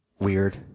weird